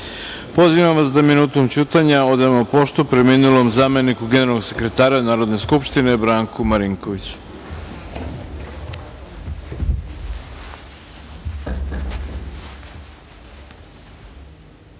godini. Pozivam vas da minutom ćutanja odamo poštu preminulom zameniku generalnog sekretara Narodne skupštine Branku Marinkoviću. Neka